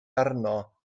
arno